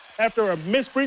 after a missed